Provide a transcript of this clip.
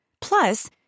Plus